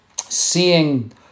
seeing